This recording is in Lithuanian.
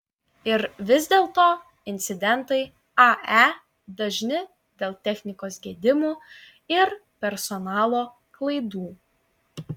ir vis dėlto incidentai ae dažni dėl technikos gedimų ir personalo klaidų